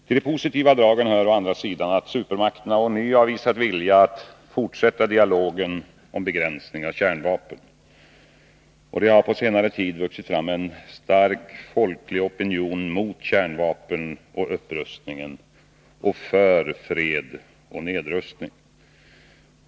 Till de positiva dragen hör å andra sidan att supermakterna ånyo har visat vilja att fortsätta dialogen om begränsning av kärnvapnen. Det har på senare tid vuxit fram en stark folklig opinion mot kärnvapnen och upprustningen och för fred och nedrustning.